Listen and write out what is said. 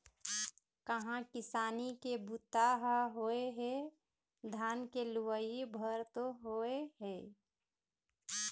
कहाँ किसानी के बूता ह होए हे, धान के लुवई भर तो होय हे